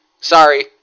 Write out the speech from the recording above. sorry